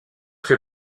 fait